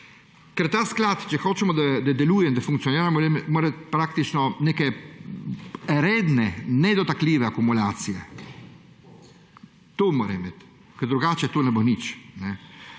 ker ta sklad, če hočemo, da deluje in da funkcionira, mora praktično neke redne, nedotakljive akumulacije, to mora imet, ker drugače to ne bo nič.